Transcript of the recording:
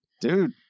Dude